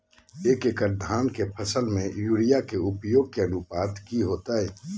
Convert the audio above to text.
एक एकड़ धान के फसल में यूरिया के उपयोग के अनुपात की होतय?